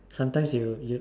sometimes you you